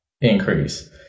increase